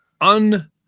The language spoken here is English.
un